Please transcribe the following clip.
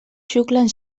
xuclen